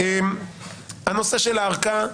לגבי הנושא של הארכה,